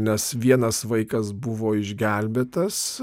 nes vienas vaikas buvo išgelbėtas